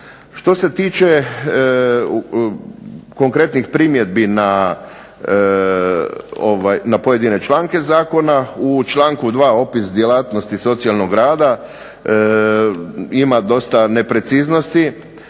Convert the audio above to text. Što se tiče konkretnih primjedbi na pojedine članke zakona, u članku 2. opis djelatnosti socijalnog rada ima dosta nepreciznosti.